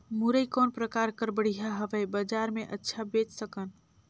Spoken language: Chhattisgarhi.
मुरई कौन प्रकार कर बढ़िया हवय? बजार मे अच्छा बेच सकन